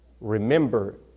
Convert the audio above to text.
remember